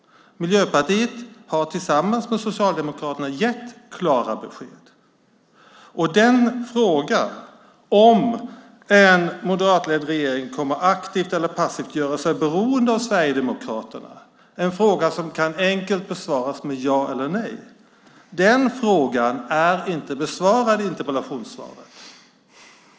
Miljöpartiet har tillsammans med Socialdemokraterna gett klara besked. Frågan om en moderatledd regering aktivt eller passivt kan göra sig beroende av Sverigedemokraterna, en fråga som enkelt kan besvaras med ja eller nej, är inte besvarad.